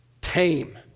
tame